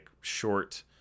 short